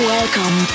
Welcome